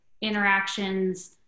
interactions